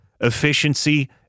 efficiency